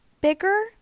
bigger